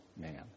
man